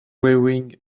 wearing